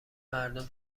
مردم